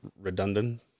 redundant